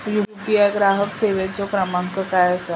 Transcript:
UPI ग्राहक सेवेचो क्रमांक काय असा?